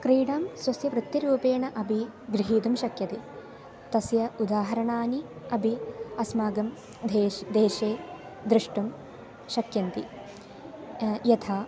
क्रीडां स्वस्य वृत्तिरूपेण अपि गृहीतुं शक्यते तस्य उदाहरणानि अपि अस्माकं देशे देशे द्रष्टुं शक्यन्ति यथा